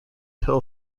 hill